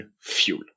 fuel